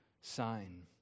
sign